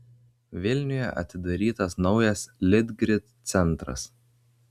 vilniuje atidarytas naujas litgrid centras